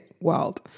world